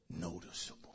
noticeable